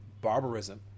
barbarism